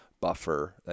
buffer